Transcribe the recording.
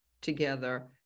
together